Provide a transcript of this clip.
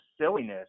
silliness